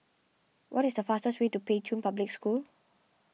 what is the fastest way to Pei Chun Public School